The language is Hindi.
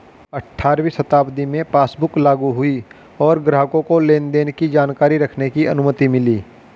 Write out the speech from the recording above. अठारहवीं शताब्दी में पासबुक लागु हुई और ग्राहकों को लेनदेन की जानकारी रखने की अनुमति मिली